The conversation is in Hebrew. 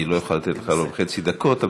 אני לא אוכל לתת לך ארבע וחצי דקות,